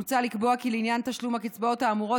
מוצע לקבוע כי לעניין תשלום הקצבאות האמורות